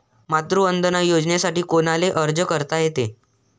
मातृवंदना योजनेसाठी कोनाले अर्ज करता येते?